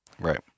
Right